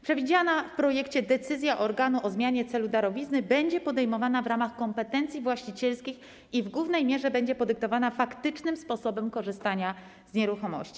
Przewidziana w projekcie decyzja organu o zmianie celu darowizny będzie podejmowana w ramach kompetencji właścicielskich i w głównej mierze będzie podyktowana faktycznym sposobem korzystania z nieruchomości.